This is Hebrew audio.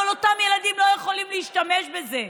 אבל אותם ילדים לא יכולים להשתמש בזה,